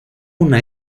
una